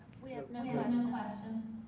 we have no questions.